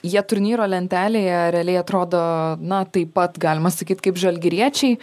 jie turnyro lentelėje realiai atrodo na taip pat galima sakyt kaip žalgiriečiai